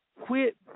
Quit